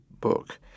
book